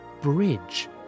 bridge